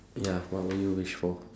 ya what would you wish for